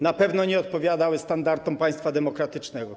Na pewno nie odpowiadały standardom państwa demokratycznego.